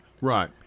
right